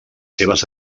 seves